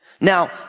Now